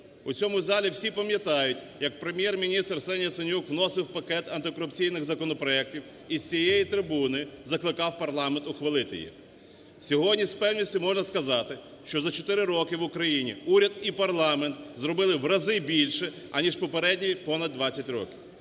У цьому залі всі пам'ятають як Прем'єр-міністр Арсеній Яценюк вносив пакет антикорупційних законопроектів і з цієї трибуни закликав парламент ухвалити їх. Сьогодні із впевненістю можна сказати, що за 4 роки в Україні уряд і парламент зробили в рази більше, аніж попередні понад 20 років